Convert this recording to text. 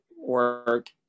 work